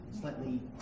slightly